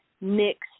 mixed